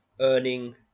earning